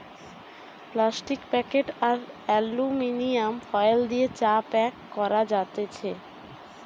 plastic packet আর aluminium foil দিয়ে চা প্যাক করা যাতেছে